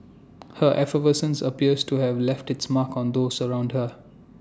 her effervescence appears to have left its mark on those around her